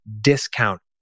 discount